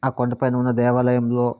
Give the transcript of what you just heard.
ఆ కొండపైన ఉన్న దేవాలయంలో